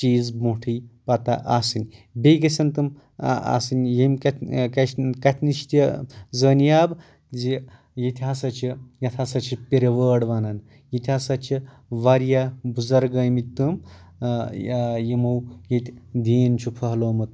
چیٖز برٛونٛٹھٕے پتہ آسٕنۍ بیٚیہِ گژھان تِم آسٕنۍ یٔمۍ کہہ کتھِ نِش تہِ زٲنیاب زِ ییٚتہِ ہسا چھِ یتھ ہسا چھِ پِرٕوٲر ونان ییٚتہِ ہسا چھِ واریاہ بُزرٕگ ٲمٕتۍ تِم یِمو ییٚتہِ دیٖن چھُ پھٔہلومُت